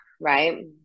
right